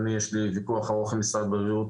יש לי ויכוח ארוך עם משרד הבריאות,